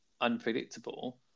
unpredictable